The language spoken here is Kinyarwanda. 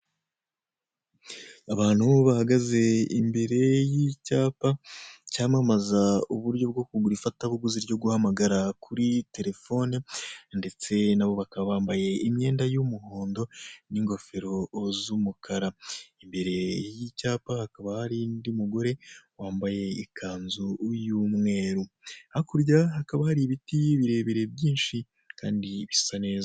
Abantu bahagaze imbere y'icyapa cyamamaza uburyo bwo kugura ifatabuguzi ryo guhamagara kuri terefone, ndetse nabo bakaba bambaye imyenda y'umuhondo n'ingofero z'umukara, imbere y'icyapa hakaba hari undi mugore wambaye ikanzu y'umweru, hakurya hakaba hari ibiti birebire byinshi kandi bisa neza.